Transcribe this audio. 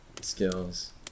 skills